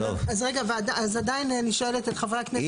אז עדיין אני שואלת את חברי הכנסת --- היא